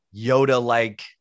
Yoda-like